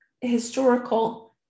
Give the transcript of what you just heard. Historical